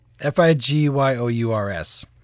F-I-G-Y-O-U-R-S